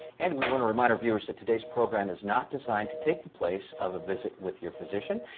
and we want to remind our viewers that today's program is not designed to take the place of a visit with your physician.